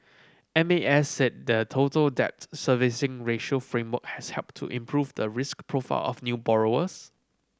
M A S said the Total Debt Servicing Ratio framework has helped to improve the risk profile of new borrowers